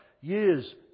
Years